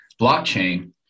blockchain